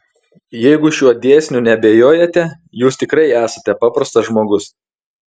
jeigu šiuo dėsniu neabejojate jūs tikrai esate paprastas žmogus